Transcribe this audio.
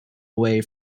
away